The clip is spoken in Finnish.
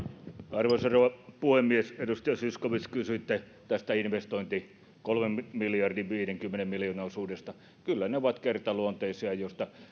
arvoisa rouva puhemies edustaja zyskowicz kysyitte tästä investointien kolmen miljardin viidenkymmenen miljoonan osuudesta kyllä ne ovat kertaluonteisia